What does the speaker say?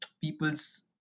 people's